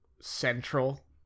central